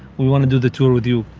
we want to do the tour with you.